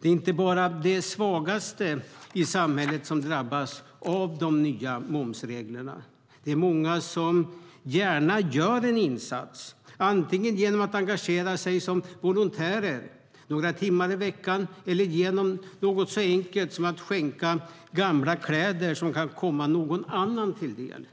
Det är inte bara de svagaste i samhället som drabbas av de nya momsreglerna. Det är många som gärna gör en insats, antingen genom att engagera sig som volontär några timmar i veckan eller genom något så enkelt som att skänka gamla kläder, som kan komma någon annan till del.